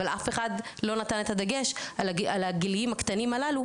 אבל אף אחד לא נתן את הדגש על הגילאים הקטנים הללו,